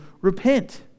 repent